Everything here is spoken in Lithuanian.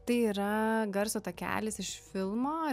tai yra garso takelis iš filmo